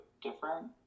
different